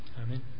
Amen